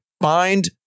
Find